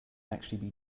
actually